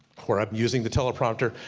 where i'm using the teleprompter,